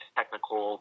technical